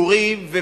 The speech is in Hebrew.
בסיפורים,